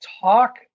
talk